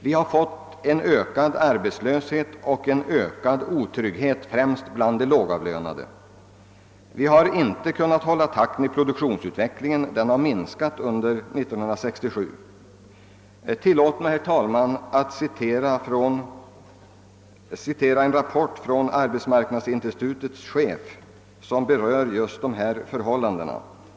Vi har fått en ökad arbetslöshet och en ökad otrygghet främst bland de lågavlönade. Vi har inte kunnat hålla takten i produktionsutvecklingen. Den har minskat under 1967. Tillåt mig, herr talman, att citera en rapport från arbetsmarknadsinstitutets chef där han berör just dessa förhållanden.